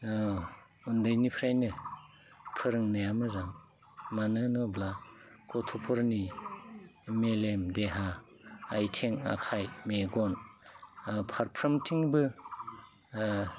उन्दैनिफ्रायनो फोरोंनाया मोजां माने होनोब्ला गथ'फोरनि मेलेम देहा आथिं आखाइ मेगन फारफ्रोमथिंबो